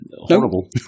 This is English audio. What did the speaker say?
horrible